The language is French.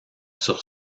sur